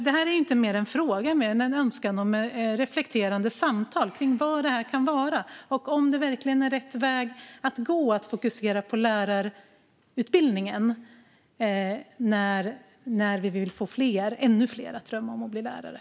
Detta är inte en fråga utan mer en önskan om reflekterande samtal kring vad detta kan vara och om det verkligen är rätt väg att gå att fokusera på lärarutbildningen när vi vill få ännu fler att drömma om att bli lärare.